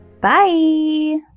Bye